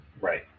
Right